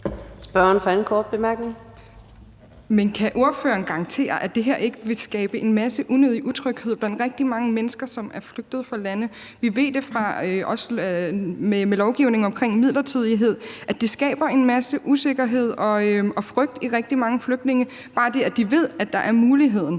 kan ordføreren garantere, at det her ikke vil skabe en masse unødig utryghed blandt rigtig mange mennesker, som er flygtet fra lande? Vi ved også fra lovgivningen omkring midlertidighed, at det skaber en masse usikkerhed og frygt hos rigtig mange flygtninge, altså bare det, at de ved, at muligheden